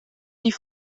die